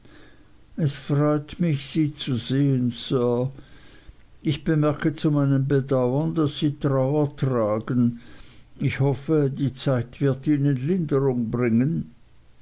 es freut mich sie zu sehen sir ich bemerke zu meinem bedauern daß sie trauer tragen ich hoffe die zeit wird ihnen linderung bringen